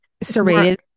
serrated